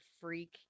freak